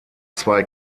zwei